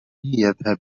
يذهب